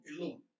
alone